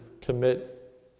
commit